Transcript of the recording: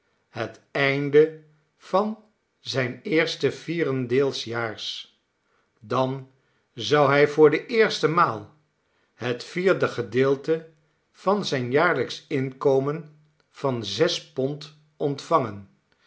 het einde van zijn eerste vierendeeljaars dan zou hij voor de eerste maal het vierde gedeelte van zijn jaarlijksch inkomen van zes pond ontvangen